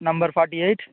number forty eight